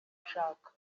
gushaka